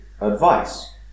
advice